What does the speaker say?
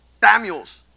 Samuel's